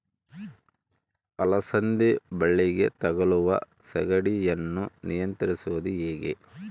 ಅಲಸಂದಿ ಬಳ್ಳಿಗೆ ತಗುಲುವ ಸೇಗಡಿ ಯನ್ನು ನಿಯಂತ್ರಿಸುವುದು ಹೇಗೆ?